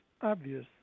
obvious